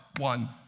one